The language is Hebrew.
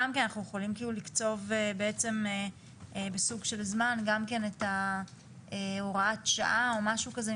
אנחנו יכולים לקצוב בסוג של זמן גם כן את הוראת השעה או משהו כזה.